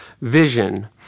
vision